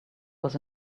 was